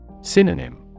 synonym